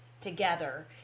together